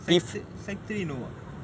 secondary three secondary three no ah